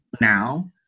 now